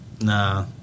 Nah